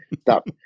stop